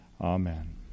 Amen